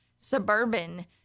suburban